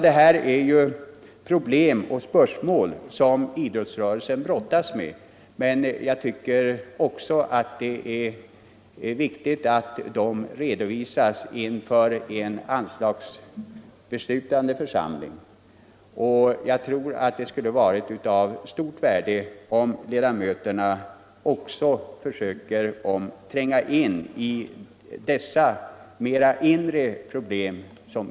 Det här är ju problem och spörsmål som idrottsrörelsen själv brottas med, men jag tycker också att det är viktigt att de redovisas inför en anslagsbeslutande församling. Och jag tror att det skulle vara av stort värde om riksdagens ledamöter också mera allmänt försökte tränga in i idrottens inre problem.